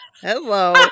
Hello